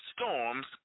storms